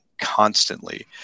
constantly